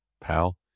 pal